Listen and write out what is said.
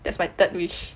that's my third wish